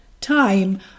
time